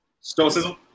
Stoicism